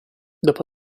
dopo